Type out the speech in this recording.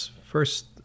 first